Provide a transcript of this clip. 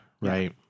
right